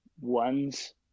ones